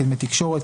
כדמי תקשורת,